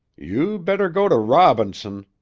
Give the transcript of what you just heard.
you better go to robinson,